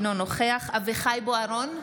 אינו נוכח אביחי אברהם בוארון,